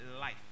life